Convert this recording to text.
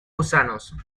gusanos